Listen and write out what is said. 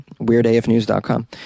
weirdafnews.com